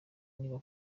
niba